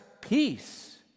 peace